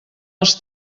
els